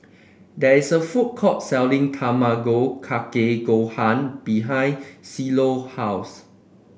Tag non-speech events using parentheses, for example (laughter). there is a food court selling Tamago Kake Gohan behind (unintelligible) house